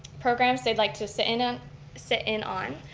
programs they'd like to sit in ah sit in on.